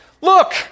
Look